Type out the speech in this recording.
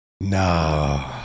No